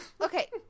Okay